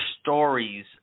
Stories